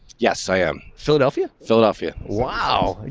yes, i am. philadelphia. philadelphia. wow.